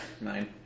nine